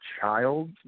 child